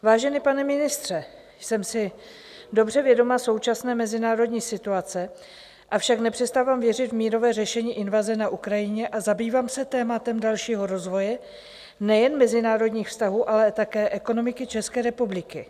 Vážený pane ministře, jsem si dobře vědoma současné mezinárodní situace, avšak nepřestávám věřit v mírové řešení invaze na Ukrajině a zabývám se tématem dalšího rozvoje nejen mezinárodních vztahů, ale také ekonomiky České republiky.